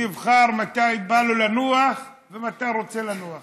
הוא יבחר מתי בא לו לנוח ומתי רוצה לנוח.